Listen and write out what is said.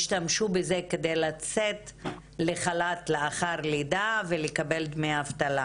השתמשו בזה כדי לצאת לחל"ת לאחר לידה ולקבל דמי אבטלה.